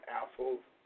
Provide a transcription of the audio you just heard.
assholes